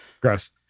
Gross